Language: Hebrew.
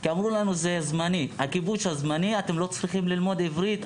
אמרו לנו שזה זמני הכיבוש זמני ואנחנו לא צריכים ללמוד עברית.